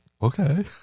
Okay